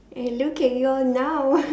eh look at you all now